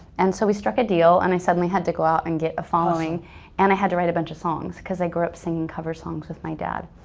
and so we struck a deal and i suddenly had to go out and get a following and i had to write a bunch of songs cause i grew up singing cover songs with my dad.